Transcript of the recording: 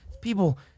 people